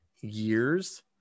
years